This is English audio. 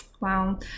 Wow